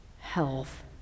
health